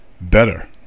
better